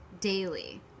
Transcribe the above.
daily